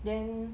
then